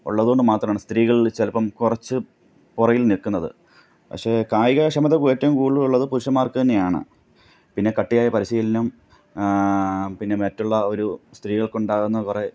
ഉള്ളതുകൊണ്ട് മാത്രമാണ് സ്ത്രീകളില് ചിലപ്പം കുറച്ച് പുറകിൽ നിൽക്കുന്നത് പക്ഷേ കായികക്ഷമത ഏറ്റവും കൂടുതലുള്ളത് പുരുഷന്മാർക്ക് തന്നെയാണ് പിന്നെ കട്ടിയായ പരിശീലനം പിന്നെ മറ്റുള്ള ഒരു സ്ത്രീകൾക്കുണ്ടാകുന്ന കുറേ